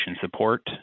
support